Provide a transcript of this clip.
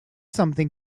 something